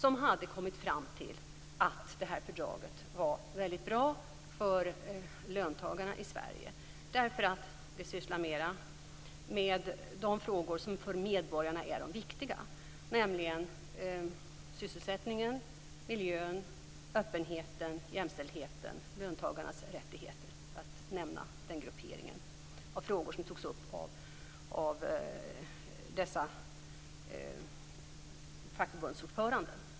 De har kommit fram till att fördraget är väldigt bra för löntagarna i Sverige. Det gäller i större utsträckning de frågor som är de viktiga för medborgarna, nämligen sysselsättningen, miljön, öppenheten, jämställdheten och löntagarnas rättigheter. Det var den grupp av frågor som togs upp av dessa fackförbundsordföranden.